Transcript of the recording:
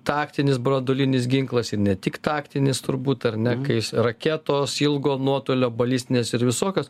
taktinis branduolinis ginklas ir ne tik taktinis turbūt ar ne kais raketos ilgo nuotolio balistinės ir visokios